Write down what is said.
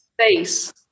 space